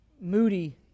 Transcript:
Moody